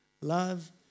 Love